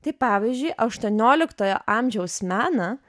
tai pavyzdžiui aštuonioliktojo amžiaus meną